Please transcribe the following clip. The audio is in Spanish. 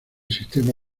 sistema